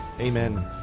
amen